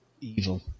evil